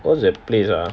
what's that place ah